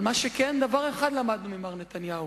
אבל מה שכן, דבר אחד למדנו ממר נתניהו: